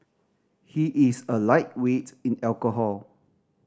he is a lightweight in alcohol